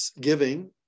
giving